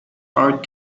art